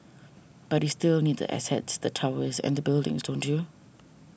but you still need the assets the towers and the buildings don't you